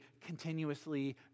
continuously